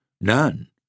none